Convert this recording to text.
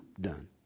done